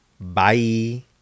bye